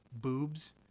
Boobs